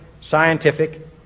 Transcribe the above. scientific